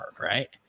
Right